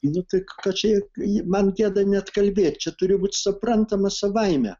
nu tai kad čia ji man gėda net kalbėt čia turi būt suprantama savaime